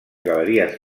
galeries